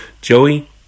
Joey